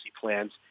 plans